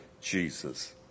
Jesus